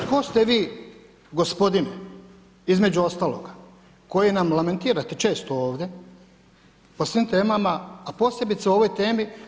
Tko ste vi gospodine između ostaloga koji nam lamentirate često ovdje o svim temama, a posebice o ovoj temi.